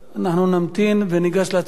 אנחנו נמתין וניגש להצבעה.